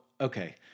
okay